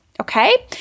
Okay